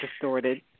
distorted